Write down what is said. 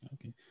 Okay